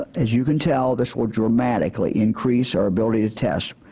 as you can tell, this will dramatically increase our ability to test,